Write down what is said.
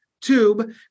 tube